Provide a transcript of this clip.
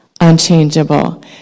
unchangeable